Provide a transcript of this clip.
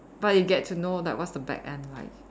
but you get to know like what's the back end like